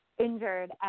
injured